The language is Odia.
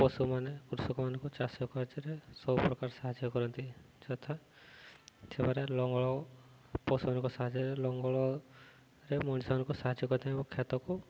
ପଶୁମାନେ କୃଷକମାନଙ୍କୁ ଚାଷ କାର୍ଯ୍ୟରେ ସବୁପ୍ରକାର ସାହାଯ୍ୟ କରନ୍ତି ଯଥା ସେମାନେ ଲଙ୍ଗଳ ପଶୁମାନଙ୍କ ସାହାଯ୍ୟରେ ଲଙ୍ଗଳରେ ମଣିଷମାନଙ୍କୁ ସାହାଯ୍ୟ କରିଥାନ୍ତି ଏବଂ କ୍ଷେତକୁ